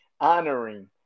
honoring